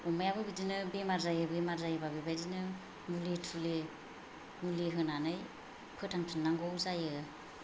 अमायाबो बिदिनो बेमार जायो बेमार जायोबा बिदिनो मुलि तुलि मुलि होनानै फोथांफिननांगौ जायो